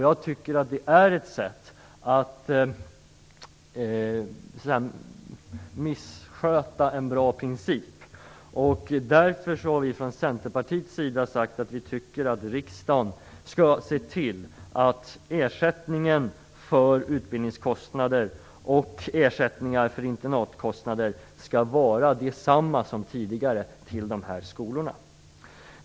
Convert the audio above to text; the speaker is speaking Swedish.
Jag tycker att det är ett sätt att missköta en bra princip. Därför har vi från Centerpartiets sida sagt att vi tycker att riksdagen skall se till att ersättningen för utbildningskostnader och ersättningen för internatkostnader till de här skolorna skall vara desamma som tidigare.